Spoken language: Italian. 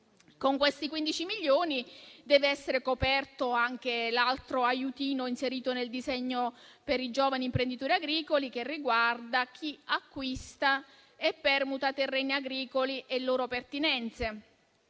per l'agricoltura dev'essere coperto anche l'altro aiutino inserito nel disegno per i giovani imprenditori agricoli che riguarda chi acquista e permuta terreni agricoli e loro pertinenze: